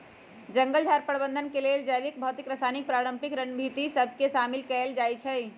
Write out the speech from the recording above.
जंगल झार प्रबंधन के लेल जैविक, भौतिक, रासायनिक, पारंपरिक रणनीति सभ के शामिल कएल जाइ छइ